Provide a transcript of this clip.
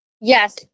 Yes